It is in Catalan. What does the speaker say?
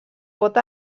pot